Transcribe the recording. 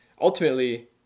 ultimately